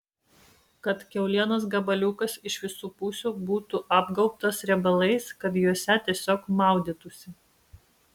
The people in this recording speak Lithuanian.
kad kiaulienos gabaliukas iš visų pusių būtų apgaubtas riebalais kad juose tiesiog maudytųsi